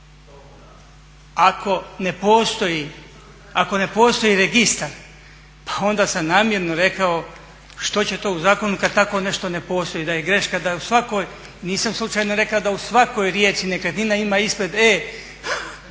Ako ne postoji registar pa onda sam namjerno rekao što će to u zakonu kada takvo nešto ne postoji, da je greška da u svakoj, nisam slučajno rekao da u svakoj riječi nekretnina ima ispred E